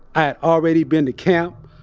i had already been to camp.